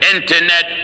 Internet